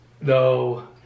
No